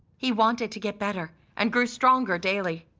he wanted to get better and grew stronger daily.